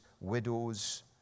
widows